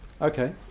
Okay